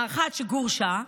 האחת שגורשה,